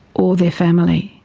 or their family.